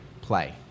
play